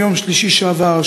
מיום שלישי שעבר,